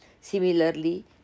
Similarly